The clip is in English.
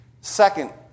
Second